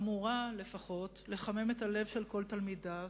אמורה לחמם לפחות את הלב של כל תלמידיו,